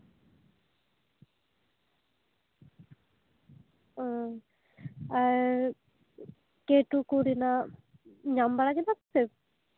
ᱚ ᱟᱨ ᱠᱮ ᱴᱩ ᱨᱮᱱᱟᱜ ᱧᱟᱢ ᱵᱟᱲᱟ ᱠᱮᱫᱟᱯᱮ